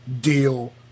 deal